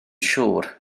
siŵr